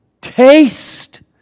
Taste